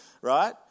Right